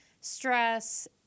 stress